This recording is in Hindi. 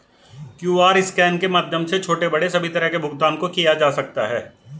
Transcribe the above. क्यूआर स्कैन के माध्यम से छोटे बड़े सभी तरह के भुगतान को किया जा सकता है